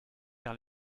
vers